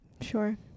Sure